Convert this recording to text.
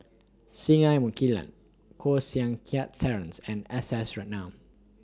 Singai Mukilan Koh Seng Kiat Terence and S S Ratnam